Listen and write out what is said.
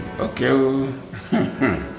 Okay